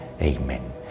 Amen